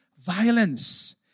violence